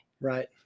Right